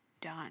done